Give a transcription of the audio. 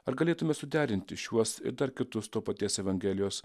ar galėtume suderinti šiuos ir dar kitus to paties evangelijos